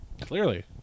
Clearly